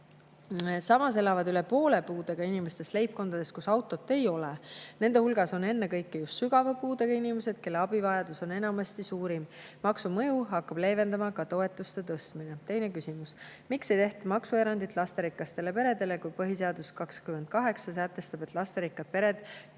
Samas elab üle poole puudega inimestest leibkonnas, kus autot ei ole. Nende hulgas on ennekõike just sügava puudega inimesed, kelle abivajadus on enamasti suurim. Maksu mõju hakkab leevendama ka toetuste tõstmine. Teine küsimus: "Miks ei tehtud maksuerandit lasterikastele peredele, kui PS § 28 sätestab, et nii lasterikkad pered